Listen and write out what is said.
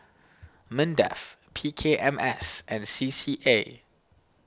Mindef P K M S and C C A